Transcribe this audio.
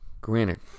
Granted